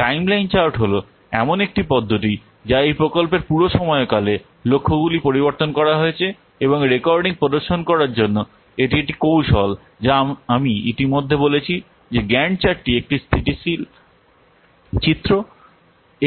timeline chart হল এমন একটি পদ্ধতি যা এই প্রকল্পের পুরো সময়কালে লক্ষ্যগুলি পরিবর্তন করা হয়েছে এবং রেকর্ডিং প্রদর্শন করার জন্য এটি একটি কৌশল যা আমি ইতিমধ্যে বলেছি যে গ্যান্ট চার্ট একটি স্থিতিশীল চিত্র